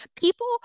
people